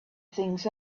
things